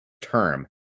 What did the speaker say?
term